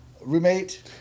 roommate